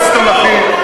ולא הפוסט-תנ"כי,